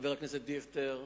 חבר הכנסת דיכטר,